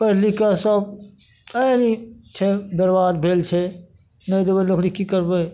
पैढ़ लिख कऽ सब आइ नहि छै बर्बाद भेल छै नहि ककरो नौकरी की करबै